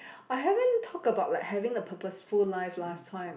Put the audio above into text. I haven't talked about like having a purposeful life last time